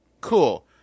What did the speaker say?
cool